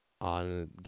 on